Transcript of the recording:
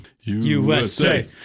USA